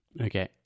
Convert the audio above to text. Okay